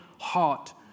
heart